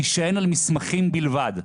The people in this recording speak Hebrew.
תישען על מסמכים בלבד,